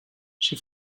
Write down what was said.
she